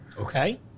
Okay